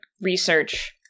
research